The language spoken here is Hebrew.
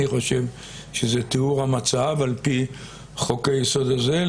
אני חושב שזה תיאור המצב על פי חוק היסוד הזה.